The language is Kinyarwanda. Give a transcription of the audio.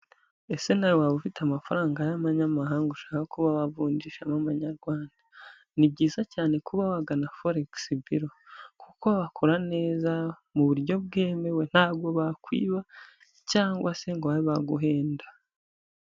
Ese nawe waba ufite amafaranga y'abanyamahanga ushaka kuba wavunjisha mu Manyarwanda? Ni byiza cyane kuba wagana Forekisi Biro, kuko bakora neza mu buryo bwemewe, ntabwo bakwiba cyangwa se ngo babe baguhenda.